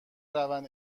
روند